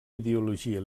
ideologia